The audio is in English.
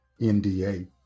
NDA